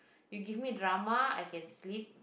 you give me drama I can sleep